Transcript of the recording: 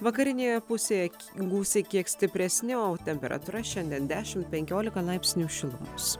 vakarinėje pusėje gūsiai kiek stipresni o temperatūra šiandien dešimt penkiolika laipsnių šilumos